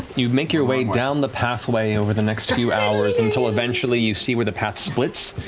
you make your way down the pathway, over the next few hours, until eventually, you see where the path splits,